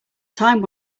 time